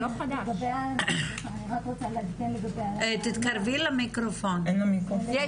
מנהלת המח' לעבודה סוציאלית ברפואה כללית והשירות הסוציאלי הארצי,